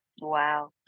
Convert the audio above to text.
wow